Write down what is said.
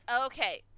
Okay